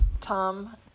Tom